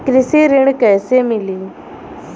कृषि ऋण कैसे मिली?